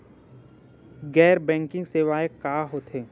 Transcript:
गैर बैंकिंग सेवाएं का होथे?